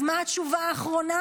אז מה התשובה האחרונה?